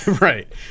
right